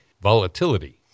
volatility